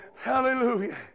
Hallelujah